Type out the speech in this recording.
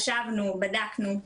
חשבנו, בדקנו.